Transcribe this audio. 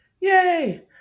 Yay